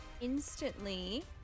instantly